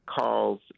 calls